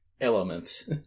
elements